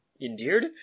endeared